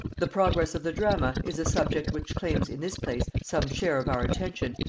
the progress of the drama is a subject which claims in this place some share of our attention,